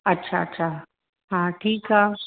अच्छा अच्छा हा ठीकु आहे